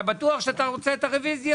אתה בטוח שאתה רוצה את הרוויזיה?